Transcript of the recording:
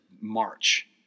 March